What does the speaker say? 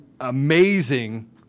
amazing